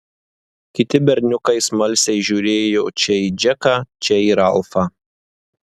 kiti berniukai smalsiai žiūrėjo čia į džeką čia į ralfą